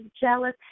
jealous